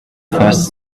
first